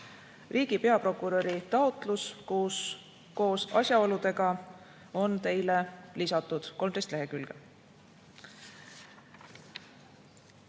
Riigi peaprokuröri taotlus koos asjaoludega on teile lisatud, 13 lehekülge.